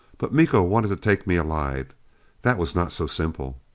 but miko wanted to take me alive that was not so simple.